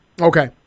Okay